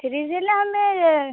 ତିରିଶ ହେଲେ ଆମେ